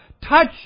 Touch